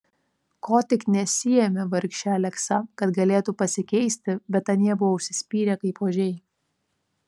ko tik nesiėmė vargšė aleksa kad galėtų pasikeisti bet anie buvo užsispyrę kaip ožiai